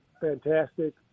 fantastic